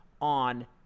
on